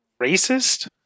racist